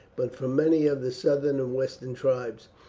but from many of the southern and western tribes,